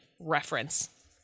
reference